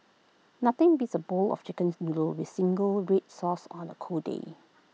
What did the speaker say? nothing beats A bowl of Chicken's noodles with single Red Sauce on A cold day